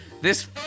this-